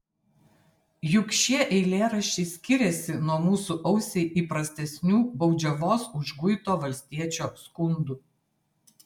juk šie eilėraščiai skiriasi nuo mūsų ausiai įprastesnių baudžiavos užguito valstiečio skundų